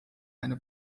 eine